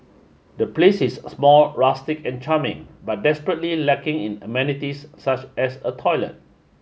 the place is small rustic and charming but desperately lacking in amenities such as a toilet